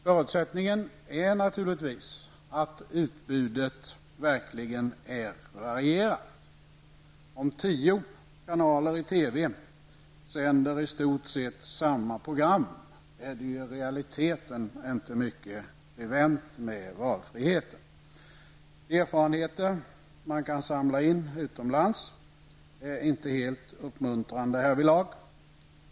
Förutsättningen är naturligtvis att utbudet verkligen är varierat. Om tio TV-kanaler sänder i stort sett samma program, är det i realiteten inte mycket bevänt med valfriheten. Samlade erfarenheter från utlandet är inte helt uppmuntrande härvidlag.